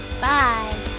Bye